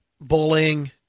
bullying